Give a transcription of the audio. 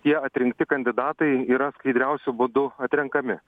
tie atrinkti kandidatai yra skaidriausiu būdu atrenkami